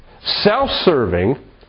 self-serving